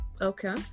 okay